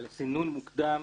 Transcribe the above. על סינון מוקדם.